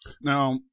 Now